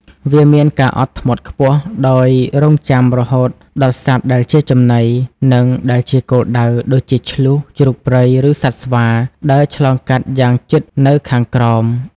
វាមានការអត់ធ្មត់ខ្ពស់ ដោយរង់ចាំរហូតដល់សត្វដែលជាចំណី និងដែលជាគោលដៅ ដូចជាឈ្លូស ជ្រូកព្រៃ ឬសត្វស្វា ដើរឆ្លងកាត់យ៉ាងជិតនៅខាងក្រោម។